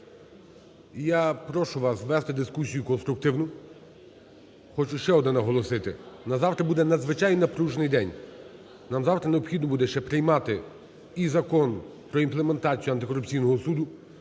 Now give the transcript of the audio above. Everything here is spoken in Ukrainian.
я прошу вас вести дискусію конструктивну. Хочу ще одне наголосити, у нас завтра буде надзвичайно напружений день. Нам завтра необхідно буде ще приймати і Закон про імплементацію антикорупційного суду,